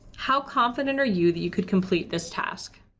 how confident are you that you could complete this task?